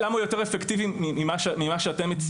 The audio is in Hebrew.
יש היום מצלמות במסגרות השונות, ואנחנו יודעים